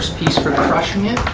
for crushing it.